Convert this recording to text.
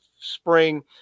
spring